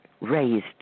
raised